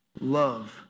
love